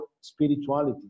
spirituality